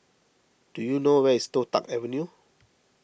do you know where is Toh Tuck Avenue